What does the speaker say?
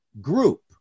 group